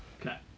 Okay